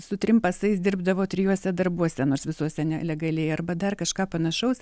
su trim pasais dirbdavo trijuose darbuose nors visuose nelegaliai arba dar kažką panašaus